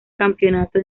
campeonato